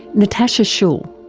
natasha schull.